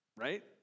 right